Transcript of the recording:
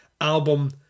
album